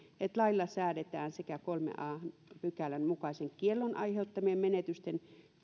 että lailla säädetään sekä kolmannen a pykälän mukaisen kiellon aiheuttamien menetysten